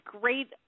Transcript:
great